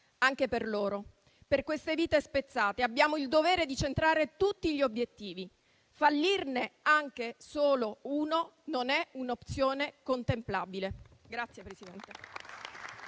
Anche per loro, per quelle vite spezzate, abbiamo il dovere di centrare tutti gli obiettivi: fallirne anche solo uno non è un'opzione contemplabile.